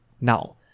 Now